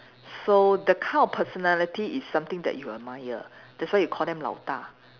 so the kind of personality is something that you admire that's why you call them 老大